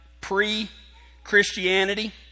pre-Christianity